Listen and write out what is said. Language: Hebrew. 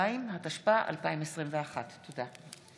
32), התשפ"א 2021. תודה.